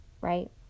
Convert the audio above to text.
right